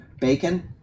bacon